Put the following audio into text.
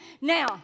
Now